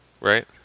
right